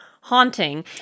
haunting